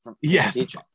Yes